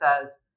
says